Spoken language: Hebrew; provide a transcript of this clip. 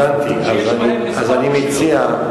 שיש בהן כמה רשויות.